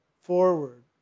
forward